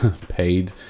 paid